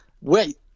Wait